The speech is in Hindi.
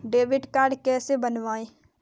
क्रेडिट कार्ड कैसे बनवाएँ?